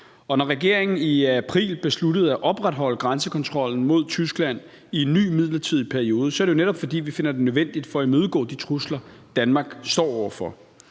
når regeringen i april besluttede at opretholde grænsekontrollen mod Tyskland i en ny midlertidig periode, er det jo netop, fordi vi finder det nødvendigt for at imødegå de trusler, Danmark står over for.